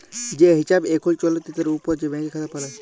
যে হিছাব এখুল চলতি তার উপর যে ব্যাংকের খাতা বালাই